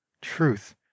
truth